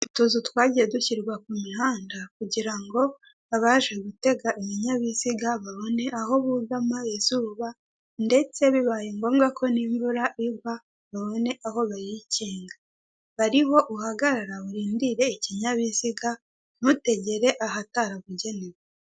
Utuzu twagiye dushyirwa ku mihanda kugira ngo abaje gutega ibinyabiziga babone aho bugama izuba ndetse bibaye ngombwa ko n'imvura igwa babone aho bayikinga, ba ariho uhagarara urindire ikinyabiziga ntutegere ahatarabugenewe.